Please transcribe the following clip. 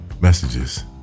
messages